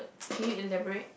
can you elaborate